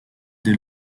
dès